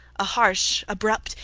a harsh, abrupt,